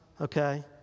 Okay